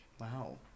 Wow